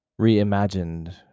reimagined